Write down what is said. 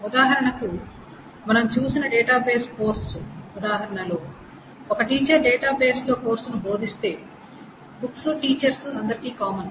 ఉదాహరణకు మనం చూసిన డేటాబేస్ కోర్సు ఉదాహరణలో ఒక టీచర్ డేటాబేస్లో కోర్సును బోధిస్తే బుక్స్ టీచర్స్ అందరికి కామన్